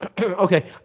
okay